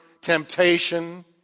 temptation